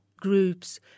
groups